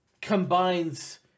combines